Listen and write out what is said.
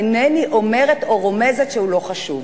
אינני אומרת או רומזת שהוא לא חשוב.